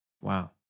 Wow